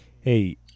hey